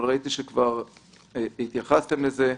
ראיתי שהתייחסתם לזה.